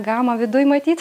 gamą viduj matyt